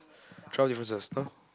twelve differences no